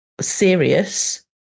serious